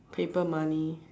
paper money